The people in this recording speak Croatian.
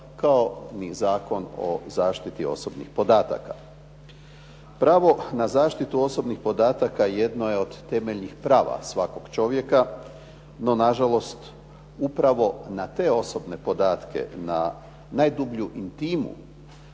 kao ni Zakon o zaštiti osobnih podataka. Pravo na zaštitu osobnih podataka jedno je od temeljnih prava svakog čovjeka, no nažalost upravo na te osobne podatke, na najdublju intimu